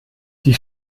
die